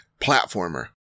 platformer